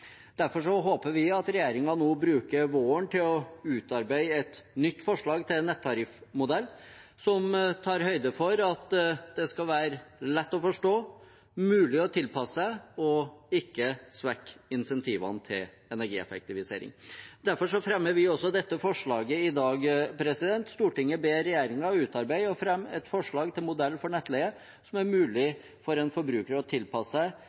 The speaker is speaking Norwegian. Derfor håper vi at regjeringen nå bruker våren til å utarbeide et nytt forslag til nettariffmodell, som tar høyde for at det skal være lett å forstå, mulig å tilpasse og ikke skal svekke insentivene til energieffektivisering. Derfor fremmer vi dette forslaget i dag: «Stortinget ber regjeringen utarbeide og fremme et forslag til modell for nettleie som er mulig for en forbruker å tilpasse seg,